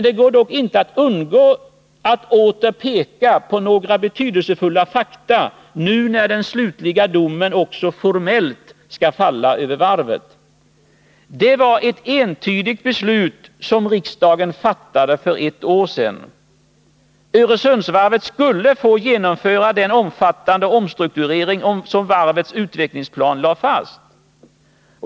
Det går dock inte att undgå att åter peka på några betydelsefulla fakta — nu när den slutliga domen också formellt skall falla över varvet. Det var ett entydigt beslut som riksdagen fattade för ett år sedan. Öresundsvarvet skulle få genomföra den omfattande omstrukturering som varvets utvecklingsplan lade fast.